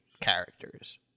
characters